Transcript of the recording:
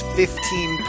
fifteen